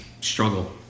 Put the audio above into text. struggle